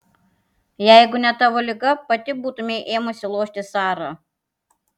jeigu ne tavo liga pati būtumei ėmusi lošti sara